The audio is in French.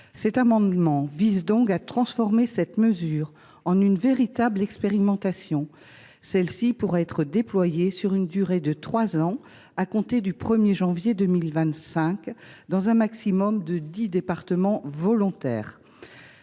Cet amendement vise donc à transformer cette mesure en une véritable expérimentation, qui pourrait être déployée sur une durée de trois ans, à compter du 1 janvier 2025, dans un maximum de dix départements volontaires.